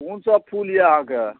कोन सब फूल यऽअहाँके